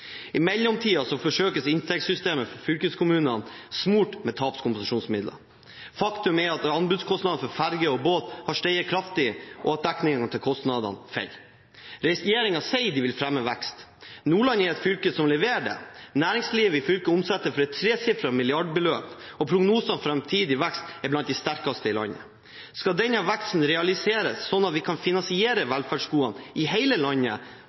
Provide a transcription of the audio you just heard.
I mellomtiden forsøkes inntektssystemet for fylkeskommunene smurt med tapskompensasjonsmidler. Faktum er at anbudskostnadene for båt og ferje har steget kraftig, og at dekningen av kostnader går ned. Regjeringen sier den vil fremme vekst. Nordland er et fylke som leverer det. Næringslivet i fylket omsetter for et tresifret milliardbeløp, og prognosene for framtidig vekst er blant de sterkeste i landet. Skal denne veksten realiseres, slik at vi framover kan finansiere velferdsgoder i hele landet,